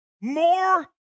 more